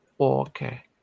Okay